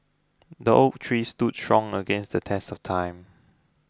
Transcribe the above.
the oak tree stood strong against the test of time